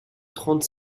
trente